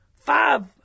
Five